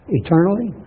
eternally